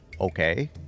okay